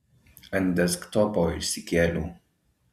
ant desktopo išsikėliau